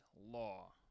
law